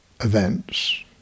events